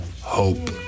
hope